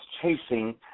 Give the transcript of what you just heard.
chasing